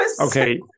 Okay